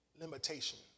limitation